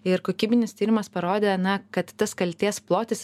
ir kokybinis tyrimas parodė na kad tas kaltės plotis